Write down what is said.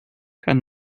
kann